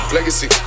Legacy